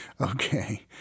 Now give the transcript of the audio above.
Okay